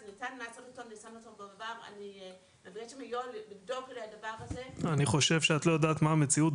אני מבינה את הכאב,